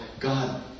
God